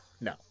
No